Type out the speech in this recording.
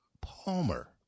Palmer